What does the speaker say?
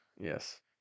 Yes